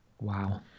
Wow